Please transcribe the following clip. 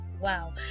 wow